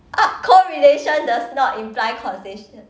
oh correlation does not imply causation